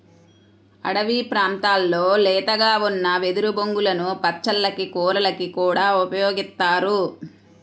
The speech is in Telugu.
అడివి ప్రాంతాల్లో లేతగా ఉన్న వెదురు బొంగులను పచ్చళ్ళకి, కూరలకి కూడా ఉపయోగిత్తారు